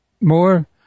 more